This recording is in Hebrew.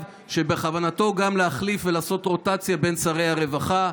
שבכוונתו גם להחליף ולעשות רוטציה בין שרי הרווחה.